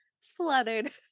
fluttered